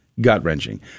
Gut-wrenching